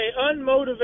unmotivated